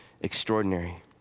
extraordinary